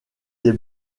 des